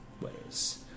ways